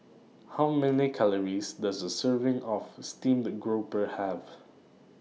How Many Calories Does A Serving of Steamed Grouper Have